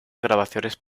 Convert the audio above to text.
grabaciones